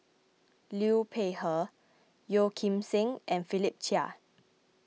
Liu Peihe Yeo Kim Seng and Philip Chia